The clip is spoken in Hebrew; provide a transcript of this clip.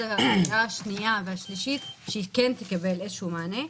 הקריאה השנייה והשלישית היא כן תקבל איזשהו מענה.